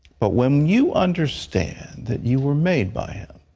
but when you understand that you were made by him,